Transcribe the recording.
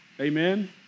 Amen